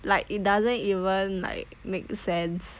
like it doesn't even like make sense